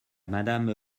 madame